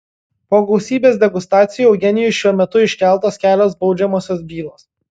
po gausybės degustacijų eugenijui šiuo metu iškeltos kelios baudžiamosios bylos